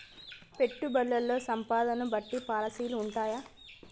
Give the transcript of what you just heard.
పెట్టుబడుల్లో సంపదను బట్టి పాలసీలు ఉంటయా?